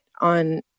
on